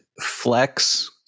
Flex